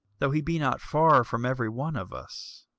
though he be not far from every one of us